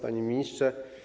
Panie Ministrze!